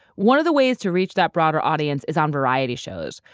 one of the ways to reach that broader audience is on variety shows,